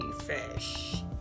fish